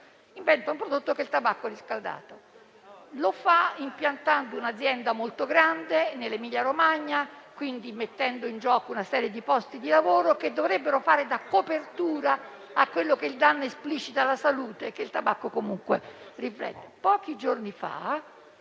inventa un prodotto che è il tabacco riscaldato. Lo fa impiantando un'azienda molto grande in Emilia Romagna e, quindi, mettendo in gioco una serie di posti di lavoro che dovrebbero fare da copertura al danno esplicito alla salute che il tabacco comunque cagiona. Pochi giorni fa